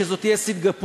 שזו תהיה סינגפור,